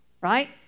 Right